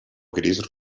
gris